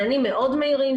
מענים מאוד מהירים,